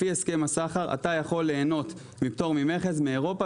לפי הסכם הסחר אתה יכול ליהנות מפטור ממכס מאירופה